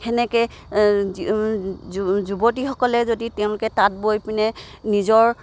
সেনেকে যুৱতীসকলে যদি তেওঁলোকে তাঁত বৈ পিনে নিজৰ